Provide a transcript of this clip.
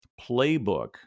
playbook